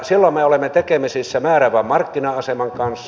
silloin me olemme tekemisissä määräävän markkina aseman kanssa